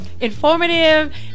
informative